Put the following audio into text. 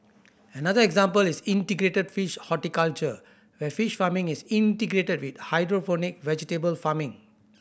another example is integrated fish horticulture where fish farming is integrated with hydroponic vegetable farming